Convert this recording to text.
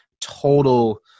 total